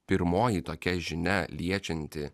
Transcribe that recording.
pirmoji tokia žinia liečianti